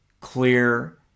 clear